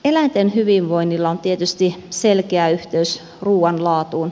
eläinten hyvinvoinnilla on tietysti selkeä yhteys ruuan laatuun